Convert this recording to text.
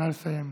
נא לסיים.